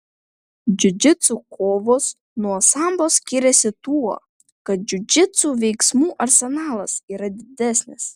džiudžitsu kovos nuo sambo skiriasi tuo kad džiudžitsu veiksmų arsenalas yra didesnis